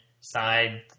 side